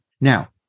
Now